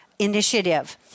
initiative